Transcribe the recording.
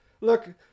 look